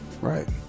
right